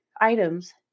items